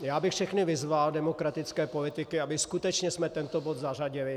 Já bych všechny vyzval, demokratické politiky, abychom skutečně tento bod zařadili.